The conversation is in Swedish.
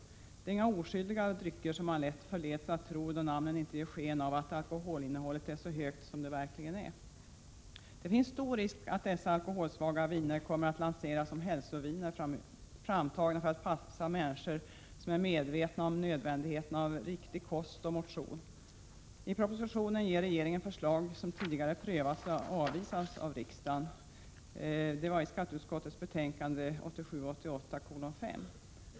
Det är inga oskyldiga drycker, som man lätt förleds att tro, då namnen inte ger sken av att alkoholinnehållet är så högt som det verkligen är. Det finns stor risk att dessa alkoholsvaga viner kommer att lanseras som ”hälsoviner”, framtagna för att passa människor som är medvetna om nödvändigheten av riktig kost och motion. I propositionen ger regeringen förslag som tidigare prövats och avvisats av riksdagen .